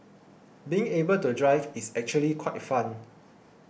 being able to drive is actually quite fun